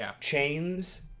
chains